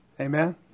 Amen